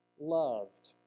loved